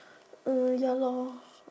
um ya lor